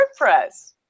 WordPress